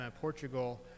Portugal